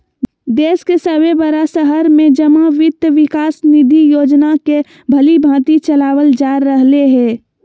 देश के सभे बड़ा शहर में जमा वित्त विकास निधि योजना के भलीभांति चलाबल जा रहले हें